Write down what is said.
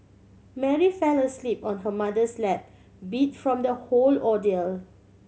Mary fell asleep on her mother's lap beat from the whole ordeal